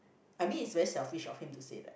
I mean it's very selfish of him to say that